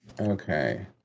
Okay